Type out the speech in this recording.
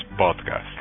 podcast